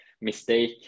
mistake